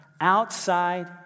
outside